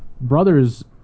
brothers